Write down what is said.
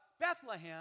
Bethlehem